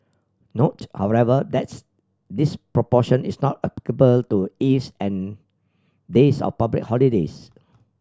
note however that's this proportion is not applicable to eves and days of public holidays